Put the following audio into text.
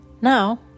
Now